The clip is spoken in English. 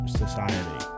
society